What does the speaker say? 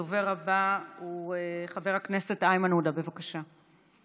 הדובר הבא הוא חבר הכנסת איימן עודה, בבקשה.